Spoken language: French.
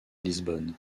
lisbonne